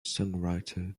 songwriter